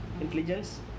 intelligence